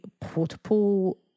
portable